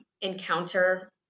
encounter